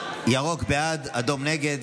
ירוק בעד, אדום נגד.